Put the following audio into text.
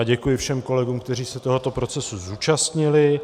Děkuji všem kolegům, kteří se tohoto procesu zúčastnili.